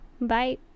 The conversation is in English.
bye